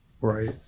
Right